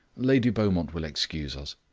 lady beaumont will excuse us.